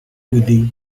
with